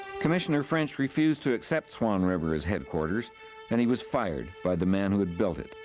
commissioner french refused to accept swan river as headquarters and he was fired by the man who had built it,